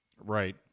Right